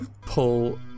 pull